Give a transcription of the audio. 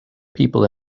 people